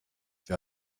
wir